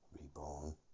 reborn